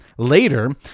later